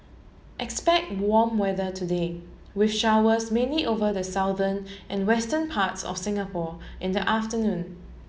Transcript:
expect warm weather today with showers mainly over the southern and western parts of Singapore in the afternoon